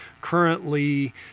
currently